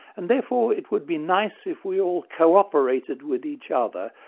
and therefore it would be nice if we all co-operated with each other,